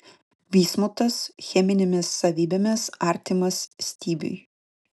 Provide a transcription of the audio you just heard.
bismutas cheminėmis savybėmis artimas stibiui